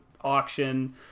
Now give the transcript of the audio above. auction